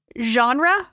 genre